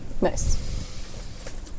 nice